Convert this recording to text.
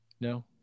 No